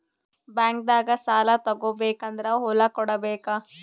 ಬ್ಯಾಂಕ್ನಾಗ ಸಾಲ ತಗೋ ಬೇಕಾದ್ರ್ ಹೊಲ ಕೊಡಬೇಕಾ?